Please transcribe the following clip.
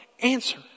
Answer